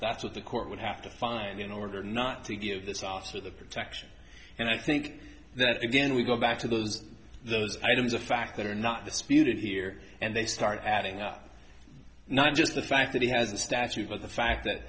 that's what the court would have to find in order not to give this officer the protection and i think that again we go back to those those items of fact that are not the spirit here and they start adding up not just the fact that he has a statute but the fact that